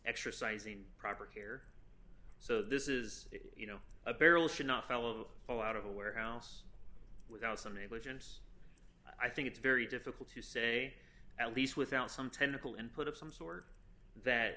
exercising proper care so this is you know a barrel should not fellow pull out of a warehouse without some ablutions i think it's very difficult to say at least without some technical input of some sort that